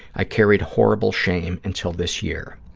i carried horrible shame until this year.